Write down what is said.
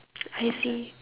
I see